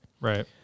Right